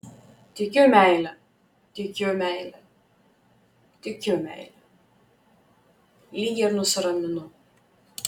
tikiu meile tikiu meile tikiu meile lyg ir nusiraminu